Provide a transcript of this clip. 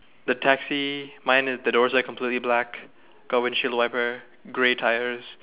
the taxi mine is the doors are completely black got windshield wiper grey tyres